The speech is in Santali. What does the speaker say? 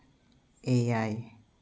ᱮᱭᱟᱭ